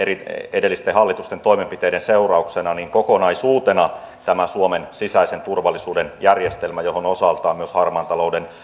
edellisten hallitusten toimenpiteiden seurauksena kokonaisuutena tämä suomen sisäisen turvallisuuden järjestelmä johon osaltaan myös harmaan talouden